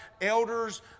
elders